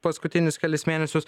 paskutinius kelis mėnesius